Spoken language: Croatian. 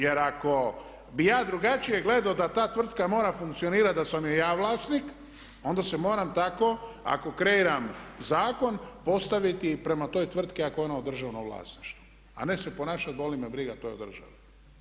Jer ako bih ja drugačije gledao da ta tvrtka mora funkcionirati da sam joj ja vlasnik, onda se moram tako, ako kreiram zakon postaviti i prema toj tvrtki ako je ona u državnom vlasništvu, a ne se ponašati boli me briga, to je državno.